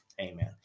Amen